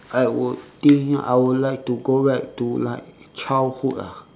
I would think I would like to go back to like childhood ah